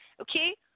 okay